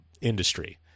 industry